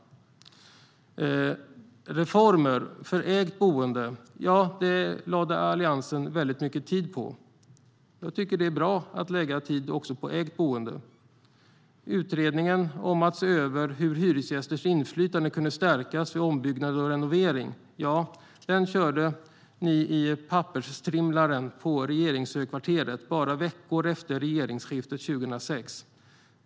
Reformer för ägt boende, det lade Alliansen mycket tid på. Det är bra att lägga tid också på ägt boende. Men utredningen om att se över hur hyresgästers inflytande kunde stärkas vid ombyggnad och renovering, den körde Alliansen i pappersstrimlaren på regeringshögkvarteret bara veckor efter regeringsskiftet 2006.